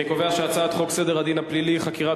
אני קובע שהצעת חוק סדר הדין הפלילי (חקירת